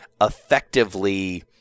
effectively